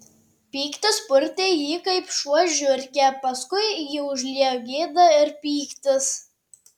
pyktis purtė jį kaip šuo žiurkę paskui jį užliejo gėda ir pyktis